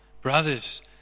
brothers